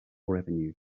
revenue